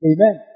Amen